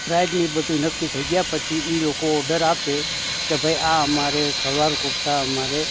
પ્રાઇગ ને એ બધું નક્કી થઈ ગયા પછી એ લોકો ઓડર આપે કે ભાઈ આ અમારે સલવાર કુરતા અમારે